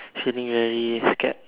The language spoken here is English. feeling very scared